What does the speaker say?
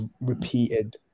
repeated